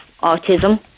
autism